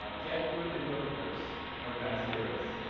ah get good interpreters or translators.